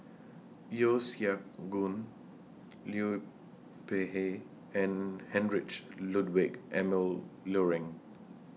Yeo Siak Goon Liu Peihe and Heinrich Ludwig Emil Luering